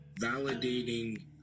validating